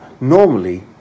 Normally